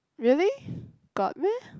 really got meh